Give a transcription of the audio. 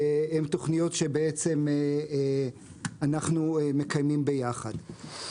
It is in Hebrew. הן תכניות שבעצם אנחנו מקיימים ביחד.